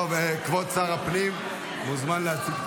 כבוד שר הפנים מוזמן להציג את